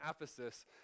Ephesus